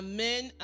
Amen